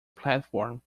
platform